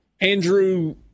Andrew